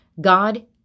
God